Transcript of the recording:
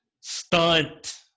Stunt